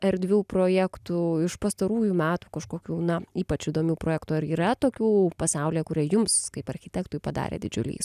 erdvių projektų iš pastarųjų metų kažkokių na ypač įdomių projektų ar yra tokių pasaulyje kurie jums kaip architektui padarė didžiulį